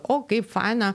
o kaip faina